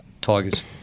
Tigers